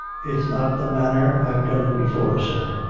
it's not the manner i've done it before, sir.